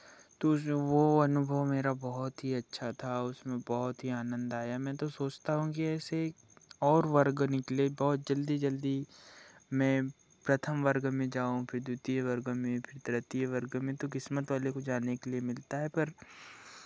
तो उसमें वो अनुभव मेरा बहुत ही अच्छा था उसमें बहुत ही आनंद आया मैं तो सोचता हूँ कि ऐसे और वर्ग निकले बहुत जल्दी जल्दी मैं प्रथम वर्ग में जाऊँ फिर द्वितीय वर्ग में फिर तृतीय वर्ग में तो किस्मत वाले को जाने के लिए मिलता है पर